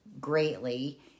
greatly